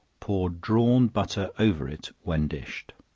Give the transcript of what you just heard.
pour drawn butter over it when dished.